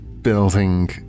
building